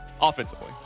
offensively